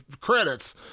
credits